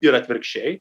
ir atvirkščiai